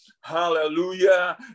Hallelujah